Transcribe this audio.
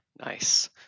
Nice